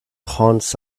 haunts